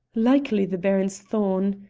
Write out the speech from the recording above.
likely the baron's thrawn.